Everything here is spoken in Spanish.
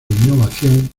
innovación